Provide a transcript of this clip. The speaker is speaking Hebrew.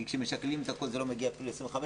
כי כשמשקללים את הכול זה לא מגיע אפילו ל-25%.